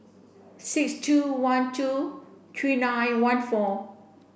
six two one two three nine one four